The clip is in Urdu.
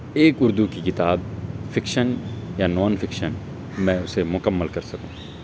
ایک اردو کی کتاب فکشن یا نان فکشن میں اسے مکمل کر سکوں